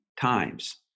times